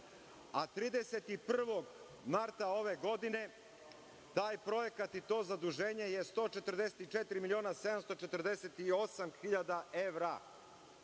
a 31. marta ove godine taj projekat i to zaduženje je 144.748 miliona